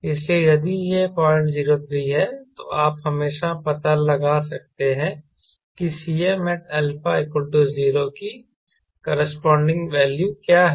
इसलिए यदि यह 003 है तो आप हमेशा पता लगा सकते हैं कि Cmat α0 की कॉरस्पॉडिंग वैल्यू क्या है